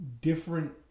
different